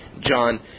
John